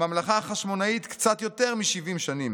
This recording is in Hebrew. הממלכה החשמונאית, קצת יותר מ-70 שנים.